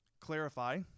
clarify